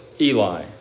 Eli